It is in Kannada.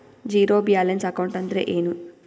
ಝೀರೋ ಬ್ಯಾಲೆನ್ಸ್ ಅಕೌಂಟ್ ಅಂದ್ರ ಏನು?